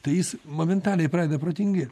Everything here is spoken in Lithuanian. tai jis momentaliai pradeda protingėt